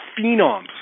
phenoms